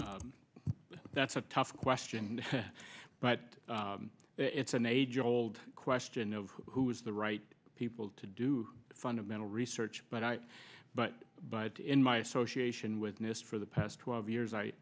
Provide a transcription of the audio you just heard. didn't that's a tough question but it's an age old question of who is the right people to do fundamental research but i but but in my association with nist for the past twelve years i